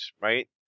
right